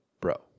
bro